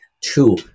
Two